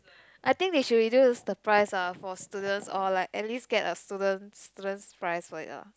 I think they should reduce the price ah for students or like at least get a student student price for it ah